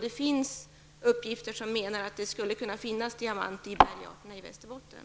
Det har uppgivits att det skulle finnas diamanter i Västerbotten.